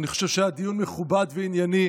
ואני חושב שהיה דיון מכובד וענייני,